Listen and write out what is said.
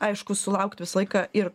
aišku sulaukt visą laiką ir